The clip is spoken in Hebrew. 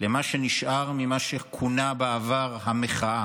למה שנשאר ממה שכונה בעבר "המחאה".